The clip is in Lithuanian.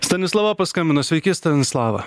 stanislava paskambino sveiki stanislava